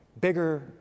bigger